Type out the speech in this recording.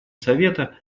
совета